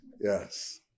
Yes